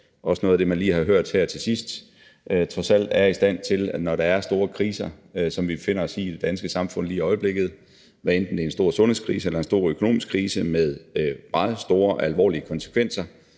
af noget af det, man lige har hørt her til sidst – trods alt er i stand til, når der er store kriser i samfundet som den, vi befinder os i lige i øjeblikket, hvad enten det er en stor sundhedskrise eller en stor økonomisk krise med meget store og alvorlige konsekvenser,